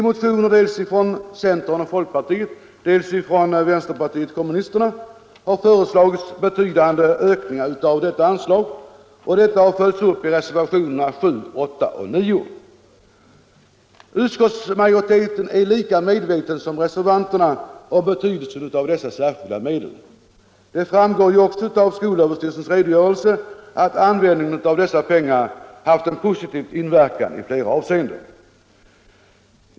I motioner från dels centern och folkpartiet, dels vänsterpartiet kommunisterna har föreslagits betydande ökningar av detta anslag, och förslagen har följts upp i reservationerna 7, 8 och 9. Utskottsmajoriteten är lika medveten som reservanterna om betydelsen av dessa särskilda medel. Det framgår ju också av skolöverstyrelsens redogörelse att användningen av dessa pengar haft en positiv inverkan i flera avseenden.